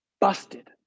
busted